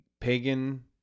Pagan